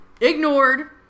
ignored